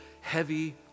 heavy